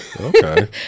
Okay